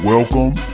Welcome